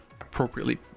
appropriately